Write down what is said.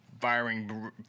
firing